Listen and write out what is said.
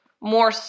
more